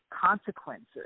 consequences